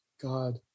God